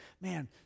man